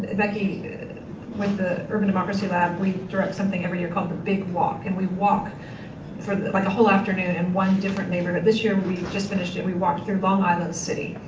becky with the urban democracy lab we direct something every year called the big walk. and we walk for like a whole afternoon in and one different neighborhood. this year we just finished and we walked through long island city.